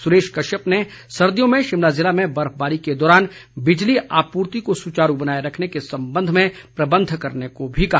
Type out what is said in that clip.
सुरेश कश्यप ने सर्दियों में शिमला ज़िले में बर्फबारी के दौरान बिजली आपूर्ति को सुचारू बनाए रखने के संबंध में प्रबंध करने को भी कहा